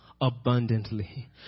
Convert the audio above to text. abundantly